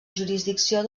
jurisdicció